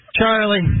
Charlie